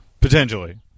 potentially